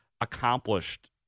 accomplished